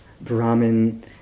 Brahmin